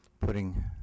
putting